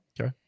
okay